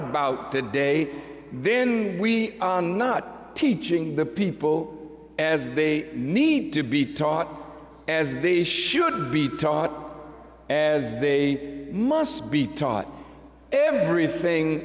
about today then we are not teaching the people as they need to be taught as these should be taught as they must be taught everything